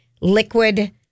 liquid